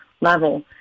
level